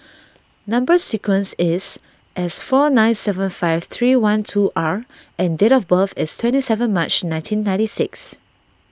Number Sequence is S four nine seven five three one two R and date of birth is twenty seven March nineteen ninety six